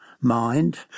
Mind